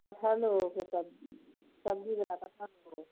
कटहलो यऽ सबजीवला कटहलो यऽ